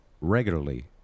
regularly